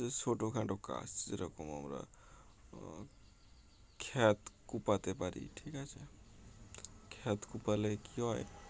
যে ছোটখাটো কাজ যেরকম আমরা আ খেত কোপাতে পারি ঠিক আছে খেত কোপালে কি হয়